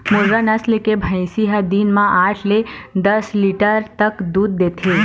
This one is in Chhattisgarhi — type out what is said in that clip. मुर्रा नसल के भइसी ह दिन म आठ ले दस लीटर तक दूद देथे